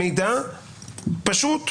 מידע פשוט,